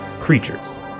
creatures